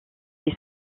est